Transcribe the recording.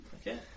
Okay